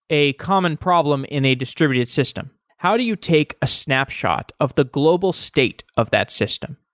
a common problem in a distributed system how do you take a snapshot of the global state of that system?